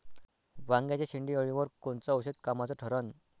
वांग्याच्या शेंडेअळीवर कोनचं औषध कामाचं ठरन?